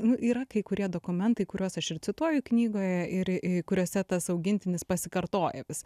nu yra kai kurie dokumentai kuriuos aš ir cituoju knygoje ir kuriuose tas augintinis pasikartoja vis